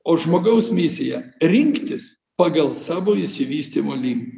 o žmogaus misija rinktis pagal savo išsivystymo lygį